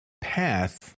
path